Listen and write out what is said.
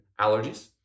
allergies